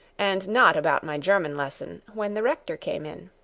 and not about my german lesson, when the rector came in.